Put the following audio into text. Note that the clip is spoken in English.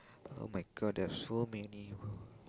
!oh-my-God! there are so many